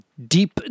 Deep